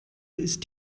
ist